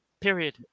period